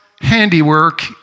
handiwork